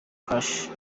kashi